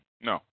No